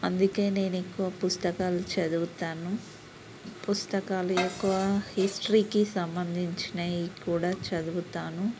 అందుకే నేను ఎక్కువ పుస్తకాలు చదువుతాను పుస్తకాలు ఎక్కువ హిస్టరీకి సంబంధించినయి కూడా చదువుతాను